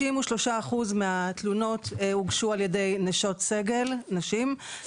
93% מהתלונות הוגשו על-ידי נשות סגל, נשים.